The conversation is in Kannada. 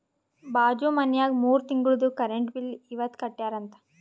ಬಾಜು ಮನ್ಯಾಗ ಮೂರ ತಿಂಗುಳ್ದು ಕರೆಂಟ್ ಬಿಲ್ ಇವತ್ ಕಟ್ಯಾರ ಅಂತ್